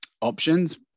options